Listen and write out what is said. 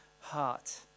heart